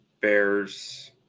Bears